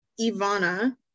Ivana